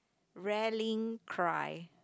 rallying cry